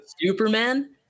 Superman